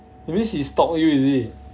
that means he stalk you is it